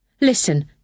listen